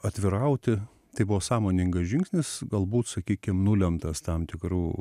atvirauti tai buvo sąmoningas žingsnis galbūt sakykim nulemtas tam tikrų